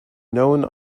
known